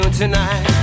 tonight